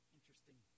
Interesting